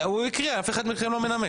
הוא הקריא, אף אחד מכם לא מנמק.